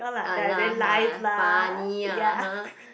ah lah !huh! funny ah !huh!